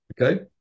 Okay